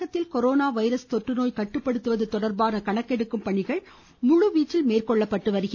தமிழகத்தில் corona virus தொற்று நோய் கட்டுப்படுத்துவது தொடர்பாக கணக்கெடுக்கும் பணிகள் முழுவீச்சில் மேற்கொள்ளப்பட்டு வருகிறது